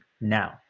now